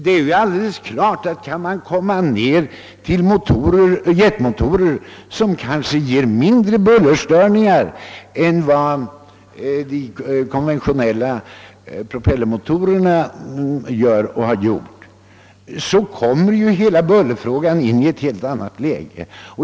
Det är alldeles klart att om man kan åstadkomma jetmotorer, som kanske ger mindre bullerstörningar än vad de konventionella propellermotorerna gör och har gjort, så kommer hela bullerfrågan in i ett annat läge.